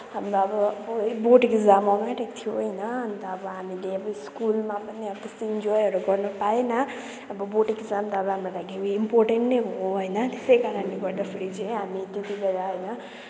हामीलाई अब है बोर्ड एक्जाम आउन आँटेको थियो होइन अन्त अब हामीले स्कुलमा पनि त्यस्तो इन्जोयहरू गर्न पाएन अब बोर्ड एक्जाम त हाम्रो लागि इम्पोर्टेन्ट नै हो होइन त्यसै कारणले गर्दाखेरि चाहिँ हामी त्यतिबेर होइन